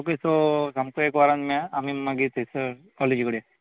okay so सामको एक वरान मेळ आमी मागीर थंयसर कॅालेजी कडेन